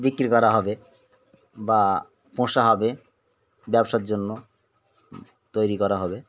বিক্রি করা হবে বা পোষা হবে ব্যবসার জন্য তৈরি করা হবে